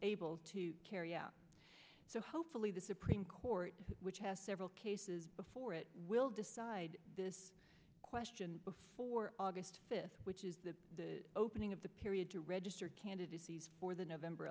able to carry out so hopefully the supreme court which has several cases before it will decide this question before august fifth which is the opening of the period to register candidacies before the november